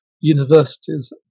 universities